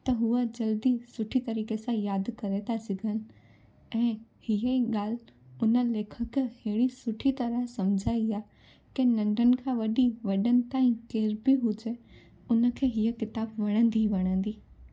त उहे जल्दी सुठी तरीक़ी सां याद करे ता सघनि ऐं हीअ ई ॻाल्हि उन लेखक अहिड़ी सुठी तरह सम्झाई आहे की नंढनि खां वठी वॾनि ताईं केर बि हुजे उन खे हीअ किताबु वणंदी ई वणंदी